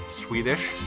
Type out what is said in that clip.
Swedish